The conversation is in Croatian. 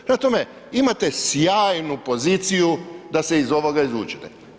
Prema tome, imate sjajnu poziciju da se iz ovoga izvučete.